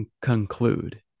conclude